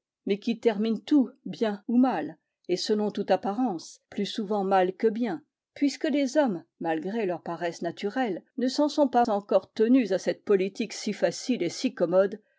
mais qui termine tout bien ou mal et selon toute apparence plus souvent mal que bien puisque les hommes malgré leur paresse naturelle ne s'en sont pas encore tenus à cette politique si facile et si commode